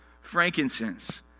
frankincense